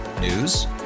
News